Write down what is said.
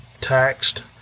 taxed